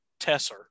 Tesser